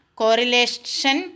correlation